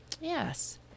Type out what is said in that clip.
Yes